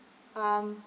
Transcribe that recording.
um